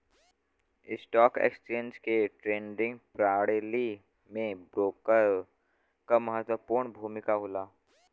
stock exchange के trading प्रणाली में ब्रोकर क महत्वपूर्ण भूमिका होला